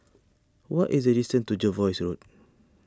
what is the distance to Jervois Road